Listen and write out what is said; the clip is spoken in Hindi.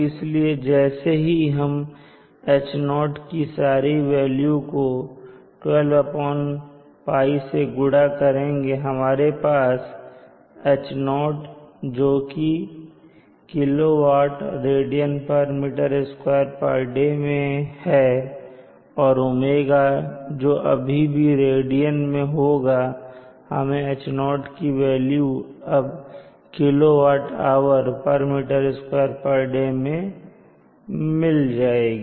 इसलिए जैसे ही हम H0की सारी वेल्यू को 12π से गुड़ा करेंगे हमारे पास H0 जो कि kWradm2 day मैं है और 𝝎 अभी भी रेडियन में होगा हमें H0की वेल्यू अब kWhm2day मैं मिल जाएगी